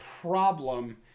problem